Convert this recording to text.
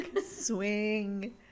swing